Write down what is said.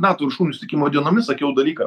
nato viršūnių dienomis sakiau dalyką